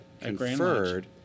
conferred